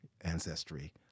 Ancestry